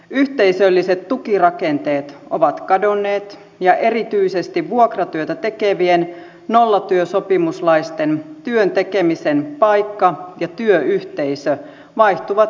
yhteisölliset tukirakenteet ovat kadonneet ja erityisesti vuokratyötä tekevien nollatyösopimuslaisten työn tekemisen paikka ja työyhteisö vaihtuvat jatkuvasti